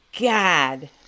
God